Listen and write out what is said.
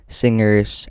singers